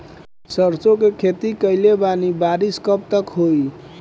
सरसों के खेती कईले बानी बारिश कब तक होई?